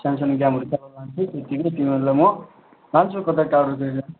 सानो सानो गेमहरू खेलाउन लान्छु त्यतिखेर तिमीहरूलाई म लान्छु कतै टाढो टाढो